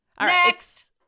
Next